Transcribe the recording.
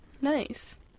nice